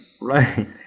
right